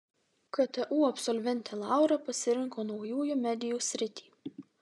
ktu absolventė laura pasirinko naujųjų medijų sritį